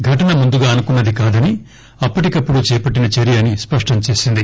ఘటన ముందుగా అనుకున్నది కాదని అప్పటికప్పుడు చేపట్టిన చర్య అని స్పష్టం చేసింది